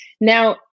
Now